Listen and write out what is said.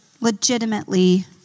legitimately